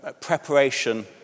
Preparation